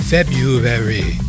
February